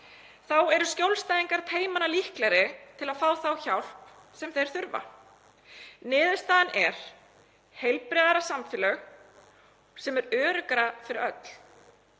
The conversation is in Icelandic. Þá eru skjólstæðingar teymanna líklegri til að fá þá hjálp sem þeir þurfa. Niðurstaðan er heilbrigðara samfélag sem er öruggara fyrir öll.